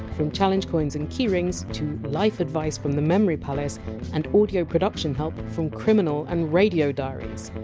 from challenge coins and keyrings to life advice from the memory palace and audio production help from criminal and radio diaries.